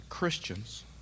Christians